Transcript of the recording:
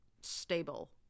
stable